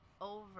over